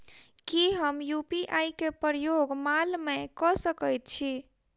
की हम यु.पी.आई केँ प्रयोग माल मै कऽ सकैत छी?